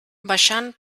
baixant